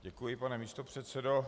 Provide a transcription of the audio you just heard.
Děkuji, pane místopředsedo.